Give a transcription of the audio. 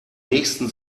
nächsten